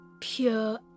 pure